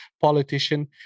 politician